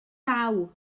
law